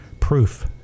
proof